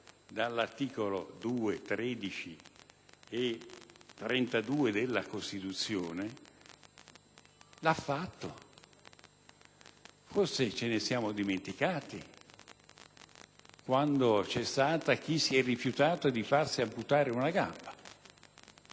dagli articoli 2, 13 e 32 della Costituzione, l'ha fatto. Forse ce ne siamo dimenticati, ma c'è stato chi si è rifiutato di farsi amputare una gamba.